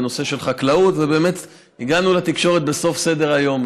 בנושא של חקלאות, והגענו לתקשורת בסוף סדר-היום.